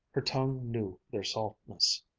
her tongue knew their saltness.